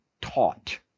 taught